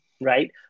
right